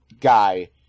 Guy